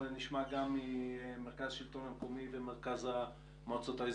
ונשמע גם ממרכז שלטון מקומי וממרכז המועצות האזוריות.